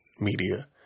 media